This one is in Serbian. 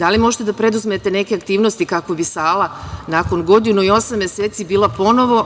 da li možete da preduzmete neke aktivnosti kako bi sala, nakon godinu i osam meseci, bila ponovo